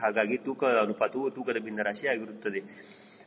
ಹಾಗಾದರೆ ತೂಕದ ಅನುಪಾತವು ತೂಕದ ಭಿನ್ನರಾಶಿ ಆಗಿರುತ್ತದೆ